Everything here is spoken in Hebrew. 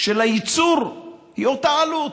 של הייצור היא אותה עלות.